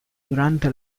durante